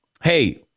hey